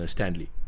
Stanley